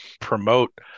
promote